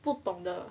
不懂得